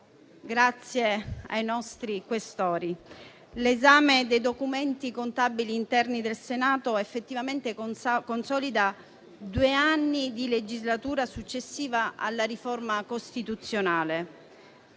ringrazio i nostri Questori. L'esame dei documenti contabili interni del Senato effettivamente consolida due anni di legislatura successiva alla riforma costituzionale,